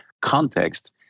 context